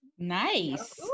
nice